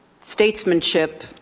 statesmanship